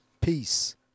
Peace